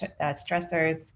stressors